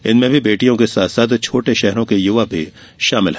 इनमें भी बेटियों के साथ साथ छोटे शहरों के युवा भी शामिल है